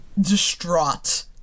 distraught